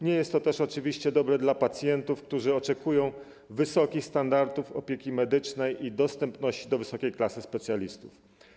Nie jest to też oczywiście dobre dla pacjentów, którzy oczekują wysokich standardów opieki medycznej i dostępu do wysokiej klasy specjalistów.